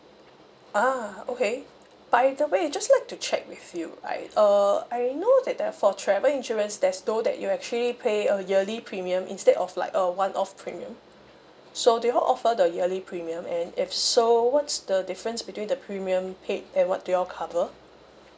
ah okay by the way just like to check with you right uh I know that uh for travel insurance there's no that you actually pay a yearly premium instead of like a one-off premium so do you all offer the yearly premium and if so what's the difference between the premium paid and what do you all cover